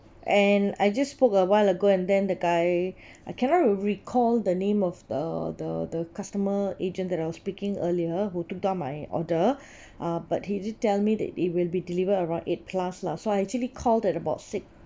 and I just spoke awhile ago and then the guy I cannot recall the name of the the the customer agent that I was speaking earlier who took down my order uh but he did tell me that it will be delivered around eight plus lah so I actually called at about six